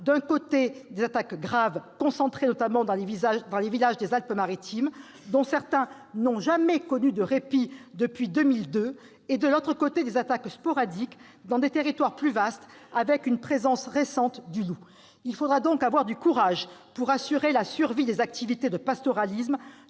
d'un côté, des attaques graves, concentrées notamment dans les villages des Alpes-Maritimes, dont certains n'ont jamais connu de répit depuis 2002, et de l'autre, des attaques sporadiques dans des territoires plus vastes où la présence du loup est récente. Il faudra donc avoir le courage, pour assurer la survie des activités de pastoralisme,